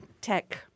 tech